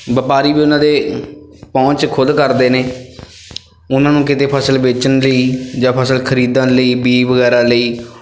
ਵਪਾਰੀ ਵੀ ਉਹਨਾਂ ਦੇ ਪਹੁੰਚ ਖੁਦ ਕਰਦੇ ਨੇ ਉਹਨਾਂ ਨੂੰ ਕਿਤੇ ਫਸਲ ਵੇਚਣ ਲਈ ਜਾਂ ਫਸਲ ਖਰੀਦਣ ਲਈ ਬੀ ਵਗੈਰਾ ਲਈ